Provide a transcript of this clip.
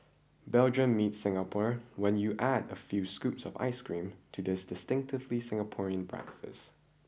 Belgium meets Singapore when you add a few scoops of ice cream to this distinctively Singaporean breakfast